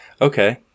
Okay